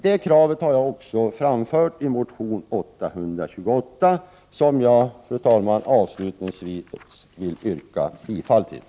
Det kravet har jag framställt i motionen 828, som jag avslutningsvis vill yrka bifall till.